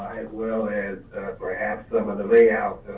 as well as perhaps some of the layout,